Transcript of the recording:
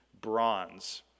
bronze